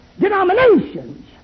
denominations